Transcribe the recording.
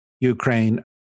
Ukraine